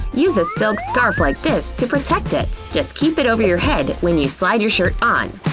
use a silk scarf like this to protect it. just keep it over your head when you slide your shirt on.